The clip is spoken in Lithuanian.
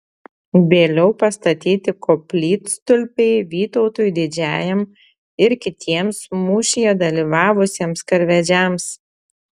vėliau pastatyti koplytstulpiai vytautui didžiajam ir kitiems mūšyje dalyvavusiems karvedžiams